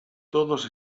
todos